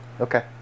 Okay